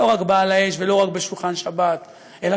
לא רק ב"על האש" ולא רק בשולחן שבת אלא